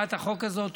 בהצעת החוק הזאת.